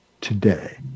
today